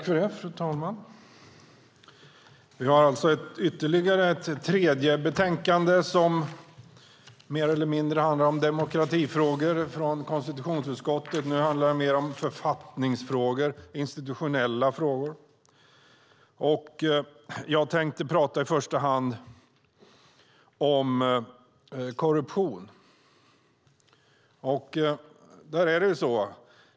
Fru talman! Dagens tredje betänkande från konstitutionsutskottet handlar om författningsfrågor och institutionella frågor. Jag tänkte i första hand tala om korruption.